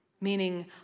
Meaning